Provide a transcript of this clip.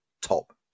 top